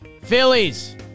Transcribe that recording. Phillies